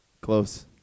Close